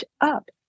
up